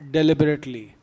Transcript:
Deliberately